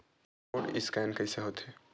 Code scan कइसे होथे?